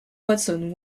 watson